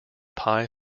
pie